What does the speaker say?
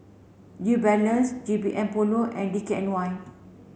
New Balance G B M Polo and D K N Y